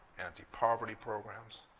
anti-poverty programs.